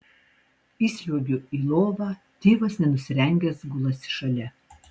įsliuogiu į lovą tėvas nenusirengęs gulasi šalia